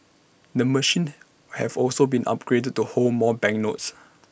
the machines have also been upgraded to hold more banknotes